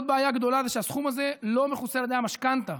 עוד בעיה גדולה: הסכום הזה לא מכוסה על ידי המשכנתה.